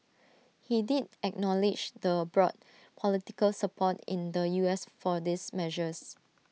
he did acknowledge the broad political support in the U S for these measures